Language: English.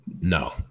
No